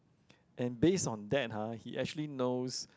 and based on that ha he actually knows